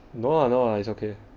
no lah no lah it's okay